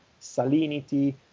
salinity